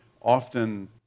often